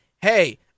hey